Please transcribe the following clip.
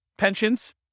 Pensions